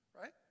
right